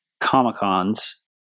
Comic-Cons